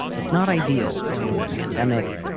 it's not ideal between the pandemic.